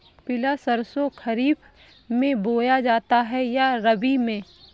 पिला सरसो खरीफ में बोया जाता है या रबी में?